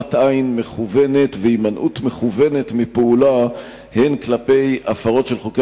העלמת עין מכוונת והימנעות מכוונת מפעולה כלפי הפרות של חוקי